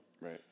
Right